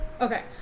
Okay